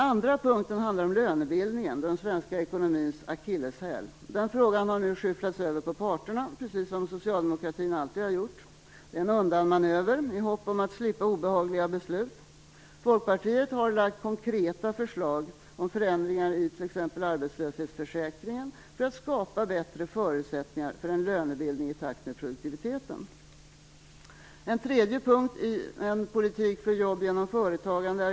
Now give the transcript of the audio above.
För det andra gäller det lönebildningen, den svenska ekonomins akilleshäl. Den frågan har man nu skyfflat över på parterna, precis som socialdemokratin alltid har gjort. Detta är en undanmanöver i hopp om att slippa obehagliga beslut. Folkpartiet har lagt konkreta förslag om förändringar i t.ex. arbetslöshetsförsäkringen för att skapa bättre förutsättningar för en lönebildning i takt med produktiviteten. För det tredje gäller det energipolitiken i denna politik för jobb genom företagande.